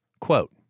Quote